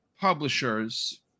publishers